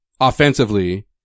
offensively